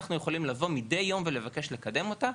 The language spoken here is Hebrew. אנחנו יכולים לבוא מידי יום ולבקש לקדם אותה.